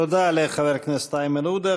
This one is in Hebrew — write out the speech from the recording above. תודה לחבר הכנסת איימן עודה.